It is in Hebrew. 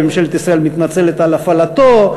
וממשלת ישראל מתנצלת על הפעלתו,